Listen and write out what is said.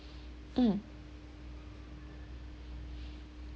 mm